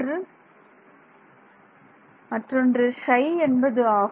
மாணவர் மற்றொன்று Ψ என்பது ஆகும்